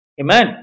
Amen